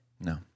No